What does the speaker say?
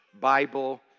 Bible